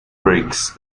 breaks